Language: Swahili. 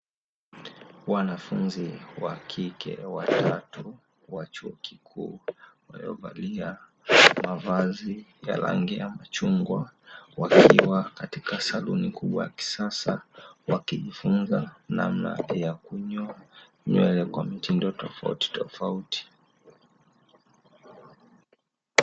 Wanafunzi wa kike watatu wa chuo kikuu waliovalia mavazi ya rangi ya machungwa wakiwa katika saluni kubwa ya kisasa, wakijifunza namna ya kunyoa nywele kwa mitindo tofauti tofauti.